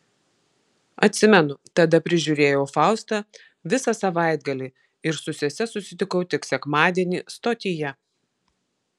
atsimenu tada prižiūrėjau faustą visą savaitgalį ir su sese susitikau tik sekmadienį stotyje